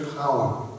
power